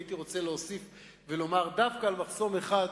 הייתי רוצה להוסיף ולומר דווקא על מחסום אחד,